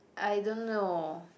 I don't know